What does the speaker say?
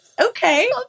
Okay